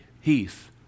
Heath